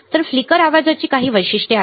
तर फ्लिकर आवाजाची काही वैशिष्ट्ये आहेत